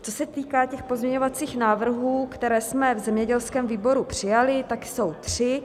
Co se týká pozměňovacích návrhů, které jsme v zemědělském výboru přijali, tak jsou tři.